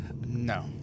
No